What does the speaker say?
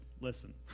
listen